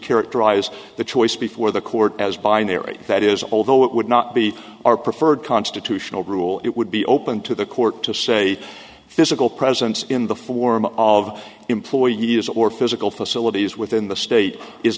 characterize the choice before the court as binary that is although it would not be our preferred constitutional rule it would be open to the court to say physical presence in the form of employee use or physical facilities within the state is